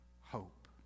hope